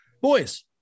boys